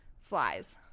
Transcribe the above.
flies